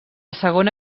segona